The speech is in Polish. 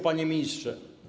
Panie Ministrze!